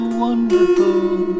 wonderful